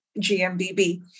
GMBB